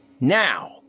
Now